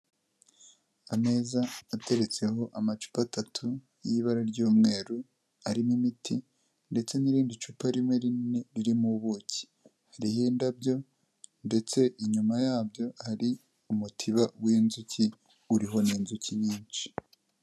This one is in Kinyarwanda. Ameza ateretseho amacupa atatu y'ibara ry'umweru arimo imiti ndetse n'irindi cupa rimwe rinini ririmo ubuki, hariho indabyo ndetse inyuma yabyo hari umutiba w'inzuki uriho n'inzuki nyinshi.